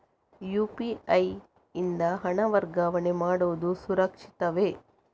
UPI ಯಿಂದ ಹಣ ವರ್ಗಾವಣೆ ಮಾಡುವುದು ಸುರಕ್ಷಿತವೇ?